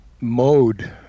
mode